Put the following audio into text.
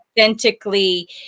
authentically